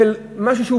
באיזה משהו,